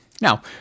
Now